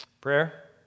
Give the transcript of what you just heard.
Prayer